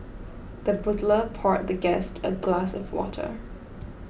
the butler poured the guest a glass of water